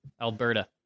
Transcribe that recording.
Alberta